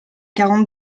quarante